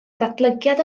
ddatblygiad